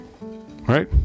right